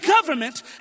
government